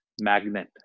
magnet